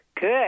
good